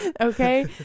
Okay